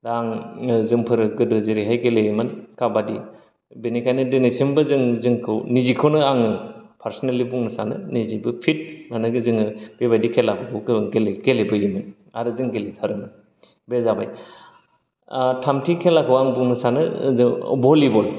दा आं जोंफोरो गोदो जेरैहाय गेलेयोमोन काबादि बेनिखायनो दिनैसिमबो जों जोंखौ निजिखौनो आङो पारसनेलि बुंनो सानो निजिबो फिट मानोना जोङो बेबायदि खेलाफोरखौ गोबां गेले गेलेबोयोमोन आरो जों गेलेथारोमोन बे जाबाय ओ थामथि खेलाखौ आङो बुंनो सानो ओ बलिबल